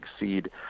exceed